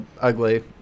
Ugly